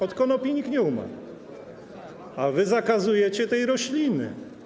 Od konopi nikt nie umarł, a wy zakazujecie tej rośliny.